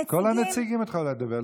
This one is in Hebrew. נציגים, כל הנציגים, את יכולה לדבר.